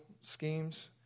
schemes